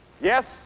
Yes